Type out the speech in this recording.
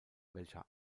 welcher